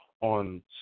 on